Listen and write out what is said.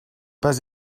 pas